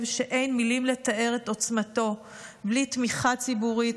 שאין מילים לתאר את עוצמתו בלי תמיכה ציבורית,